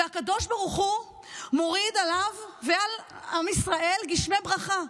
והקדוש ברוך הוא מוריד עליו ועל עם ישראל גשמי ברכה.